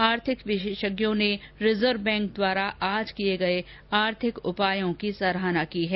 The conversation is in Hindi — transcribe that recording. आर्थिक विशेषज्ञों ने रिजर्व बैंक द्वारा आज किये गये आर्थिक उपायों की सराहना की है